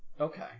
Okay